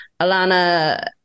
Alana